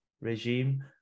regime